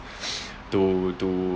to to